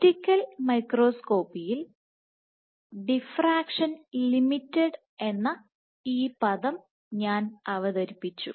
optical മൈക്രോസ്കോപ്പിയിൽ diffraction limited എന്ന ഈ പദം ഞാൻ അവതരിപ്പിച്ചു